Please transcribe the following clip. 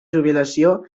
jubilació